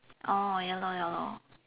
oh ya lor ya lor